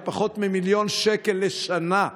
על פחות ממיליון שקל לשנה.